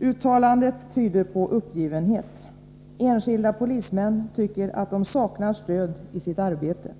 Uttalandet tyder på uppgivenhet. Enskilda polismän tycker att de saknar stöd i sitt arbete.